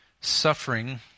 suffering